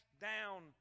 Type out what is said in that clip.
down